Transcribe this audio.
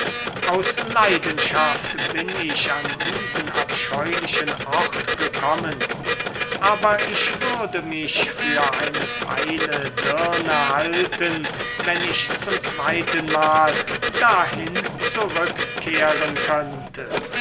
aus leidenschaft bin ich an diesen abscheulichen ort gekommen aber ich würde mich für eine feile dirne halten wenn ich zum zweitenmal dahin zurückkehren könnte